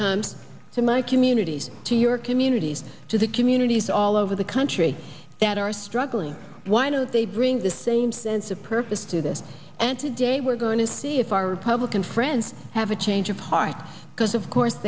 comes to my communities to your communities to the communities all over the country that are struggling why no they bring the same sense of purpose to this and today we're going to see if our republican friends have a change of heart because of course